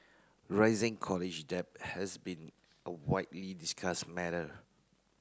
rising college debt has been a widely discussed matter